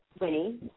Winnie